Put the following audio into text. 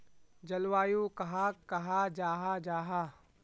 जलवायु कहाक कहाँ जाहा जाहा?